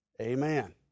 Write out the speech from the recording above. Amen